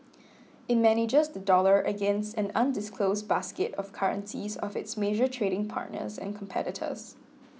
it manages the dollar against an undisclosed basket of currencies of its major trading partners and competitors